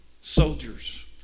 soldiers